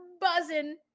buzzing